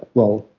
well,